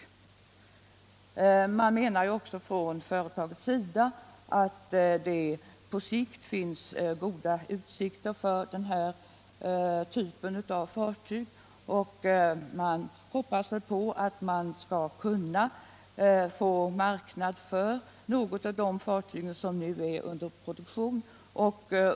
Kockums menar också att det på sikt finns goda utsikter för den här typen av fartyg. Företaget hoppas att man skall kunna finna en marknad för något av de fartyg som nu är under produktion.